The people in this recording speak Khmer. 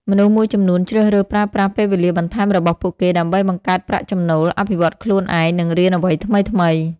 មនុស្សមួយចំនួនជ្រើសរើសប្រើប្រាស់ពេលវេលាបន្ថែមរបស់ពួកគេ ដើម្បីបង្កើតប្រាក់ចំណូល អភិវឌ្ឍខ្លួនឯង និងរៀនអ្វីថ្មីៗ។